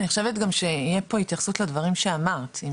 אני חושבת גם שתהיה פה התייחסות לדברים שאמרת.